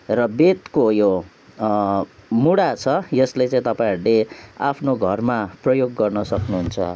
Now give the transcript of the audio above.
र बेतको यो मुढा छ यसलाई चाहिँ तपाईँहरूले आफ्नो घरमा प्रयोग गर्न सक्नुहुन्छ